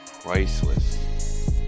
priceless